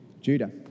Judah